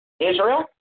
Israel